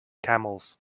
camels